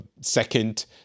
second